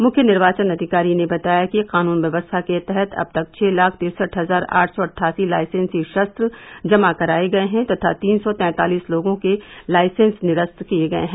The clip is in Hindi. मुख्य निर्वाचन अधिकारी ने बताया कि कानून व्यवस्था के तहत अब तक छः लाख तिरसठ हजार आठ सौ अट्ठासी लाइसेंसी शस्त्र जमा कराये गये हैं तथा तीन सौ तैंतालिस लोंगो के लाइसेंस निरस्त किये गये हैं